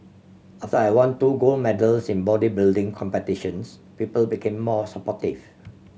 after I won two gold medals in bodybuilding competitions people became more supportive